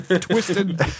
twisted